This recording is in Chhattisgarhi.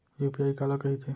यू.पी.आई काला कहिथे?